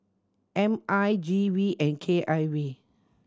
M I G V and K I V